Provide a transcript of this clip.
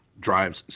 drives